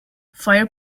fire